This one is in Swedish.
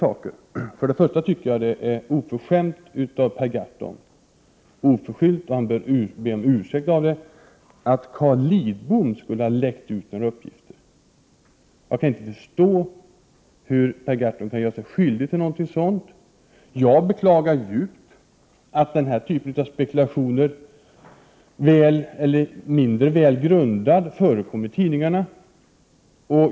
Först och främst anser jag att det är oförskämt av Per Gahrton — som borde be om ursäkt — att uttala sig som han gör om Carl Lidbom, som oförskyllt får lida för att han skulle ha läckt ut uppgifter. Jag kan inte förstå hur Per Gahrton kan göra sig skyldig till något sådant. Jag beklagar djupt att de spekulationer det här gäller, mer eller mindre välgrundade, förekommer i tidningarna.